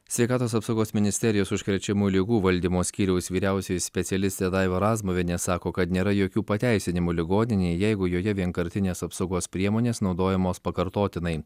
sveikatos apsaugos ministerijos užkrečiamų ligų valdymo skyriaus vyriausioji specialistė daiva razmuvienė sako kad nėra jokių pateisinimų ligoninei jeigu joje vienkartinės apsaugos priemonės naudojamos pakartotinai